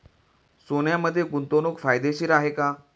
सोन्यामध्ये गुंतवणूक फायदेशीर आहे का?